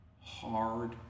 hard